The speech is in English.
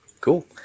Cool